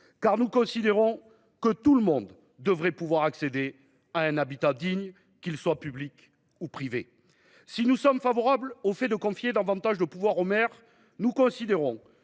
la ministre. Tout le monde devrait pouvoir accéder à un habitat digne, qu’il soit public ou privé ! Si nous sommes favorables à l’idée de confier davantage de pouvoirs aux maires, nous considérons